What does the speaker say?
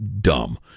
dumb